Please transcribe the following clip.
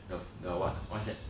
the the what's that